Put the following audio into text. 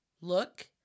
look